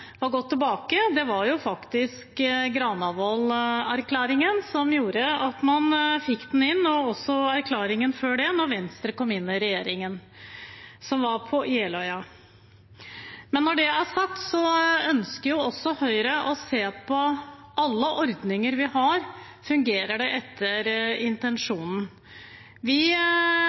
var gått tilbake. Det var faktisk Granavolden-erklæringen som gjorde at man fikk den inn, og Jeløya-erklæringen før det, da Venstre kom inn i regjeringen. Men når det er sagt, ønsker også Høyre å se på om alle ordninger vi har, fungerer etter intensjonen. Vi